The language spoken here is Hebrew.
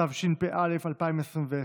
התשפ"א 2021,